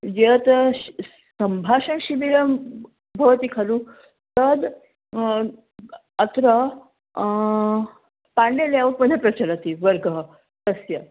यत् सम्भाषणशिबिरं भवति खलु तद् अत्र पाण्डे लेऔट्मध्ये प्रचलितः वर्गः तस्य